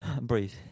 Breathe